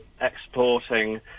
exporting